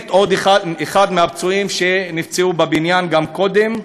מת עוד אחד מהפצועים שנפצעו בבניין גם קודם.